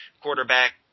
quarterback